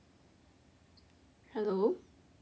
hello